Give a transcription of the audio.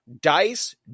Dice